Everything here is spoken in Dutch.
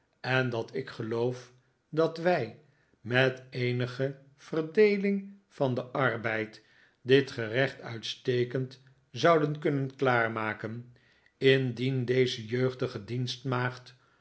en dat ik geloof dat wij met eenige verdeeling van den arbeid dit gerecht uitstekend zouden kunnen klaarmaken indien deze jeugdige